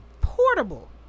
Portable